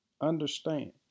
Understand